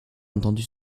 entendu